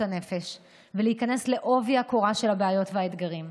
הנפש ולהיכנס בעובי הקורה של הבעיות והאתגרים,